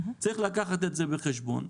צריך לקחת את זה בחשבון.